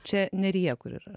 čia neryje kur yra